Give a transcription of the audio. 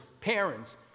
parents